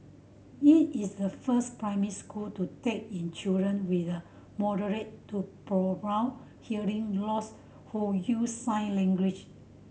it is the first primary school to take in children with a moderate to profound hearing loss who use sign language